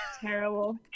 terrible